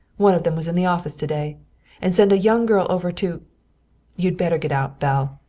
one of them was in the office to-day and send a young girl over to you'd better get out, belle.